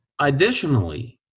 Additionally